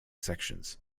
sections